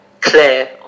clear